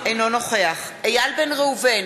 אינו נוכח איל בן ראובן,